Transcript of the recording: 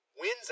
wins